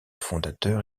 fondateur